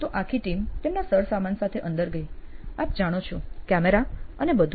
તો આખી ટીમ તેમના સરસામાન સાથે અંદર ગઈ આપ જાણો છો કેમેરા અને બધું